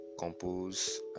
compose